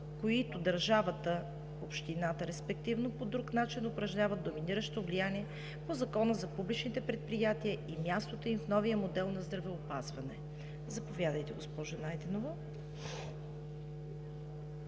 които държавата, респективно общината, по друг начин упражняват доминиращо влияние по Закона за публичните предприятия и мястото им в новия модел на здравеопазване. Заповядайте, госпожо Найденова.